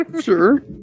Sure